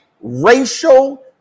racial